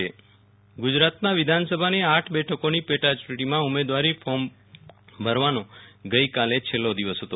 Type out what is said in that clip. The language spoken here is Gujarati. વિરલ રાણા વિધાનસભા પેટા ચૂંટણી ગુજરાતમાં વિધાનસભાની આઠ બેઠકોની પેટા યૂંટણીમાં ઉમેદવારી ફોર્મ ભરવાનો ગઈકાલે છેલ્લો દિવસ હતો